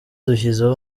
dushyizeho